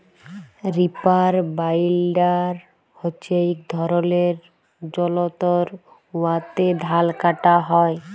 reaper binder হছে ইক ধরলের যল্তর উয়াতে ধাল কাটা হ্যয়